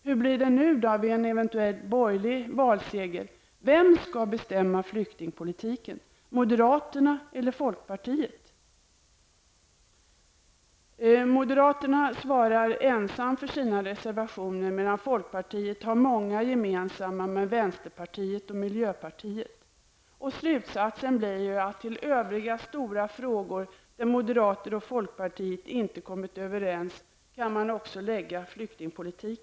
Hur blir det vid en eventuell borgerlig valseger? Vem skall bestämma flyktingpolitiken, moderaterna eller folkpartiet? Moderaterna svarar ensam för sina reservationer, medan folkpartiet liberalerna har många reservationer gemensamma med vänsterpartiet och miljöpartiet. Slutsatsen blir att också flyktingpolitiken kan läggas till de övriga stora frågor där moderaterna och folkpartiet inte har kommit överens.